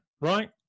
right